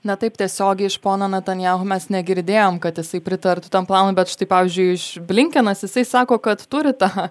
na taip tiesiogiai iš pono netanyahu mes negirdėjom kad jisai pritartų tam planui bet štai pavyzdžiui iš blinkenas jisai sako kad turi tą